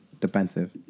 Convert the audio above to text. Defensive